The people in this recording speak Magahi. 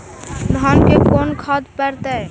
धान मे कोन खाद पड़तै?